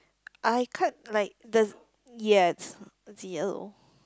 I can't like this yes it's yellow